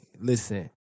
listen